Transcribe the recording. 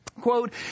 Quote